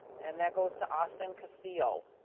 and that goes to austin castillo.